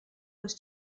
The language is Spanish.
los